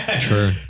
True